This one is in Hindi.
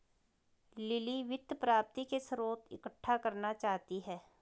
लिली वित्त प्राप्ति के स्रोत इकट्ठा करना चाहती है